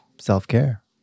self-care